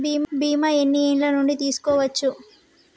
బీమా ఎన్ని ఏండ్ల నుండి తీసుకోవచ్చు?